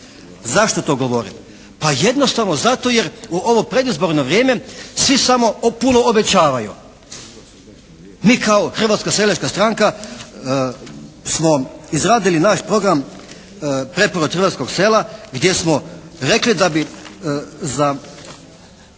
Zašto to govorim? Pa jednostavno zato jer u ovo predizborno vrijeme svi samo puno obećavaju. Mi kao Hrvatska seljačka stranka smo izradili naš program preporod hrvatskog sela gdje smo rekli da bi za